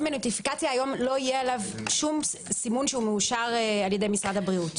בנוטיפיקציה היום לא יהיה עליו שום סימון שמאושר על ידי משרד הבריאות.